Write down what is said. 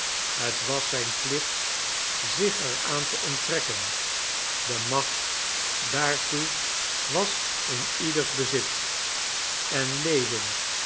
het was zijn plicht zich er aan te onttrekken de macht daartoe was in ieders bezit en lewin